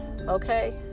okay